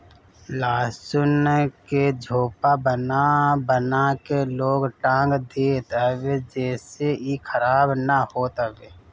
लहसुन के झोपा बना बना के लोग टांग देत हवे जेसे इ खराब ना होत हवे